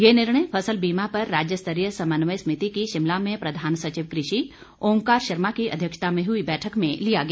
ये निर्णय फसल बीमा पर राज्य स्तरीय समन्वय समिति की शिमला में प्रधान सचिव कृषि ओंकार शर्मा की अध्यक्षता में हुई बैठक में लिया गया